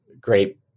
great